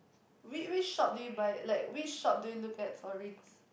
which which shop do you buy like which shop do you look at for rings